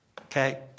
okay